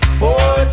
four